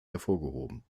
hervorgehoben